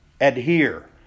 adhere